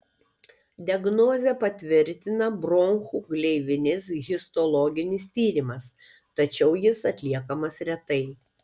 diagnozę patvirtina bronchų gleivinės histologinis tyrimas tačiau jis atliekamas retai